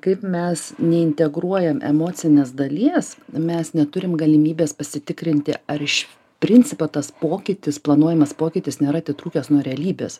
kaip mes neintegruojam emocinės dalies mes neturim galimybės pasitikrinti ar iš principo tas pokytis planuojamas pokytis nėra atitrūkęs nuo realybės